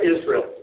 Israel